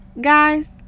guys